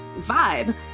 vibe